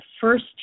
First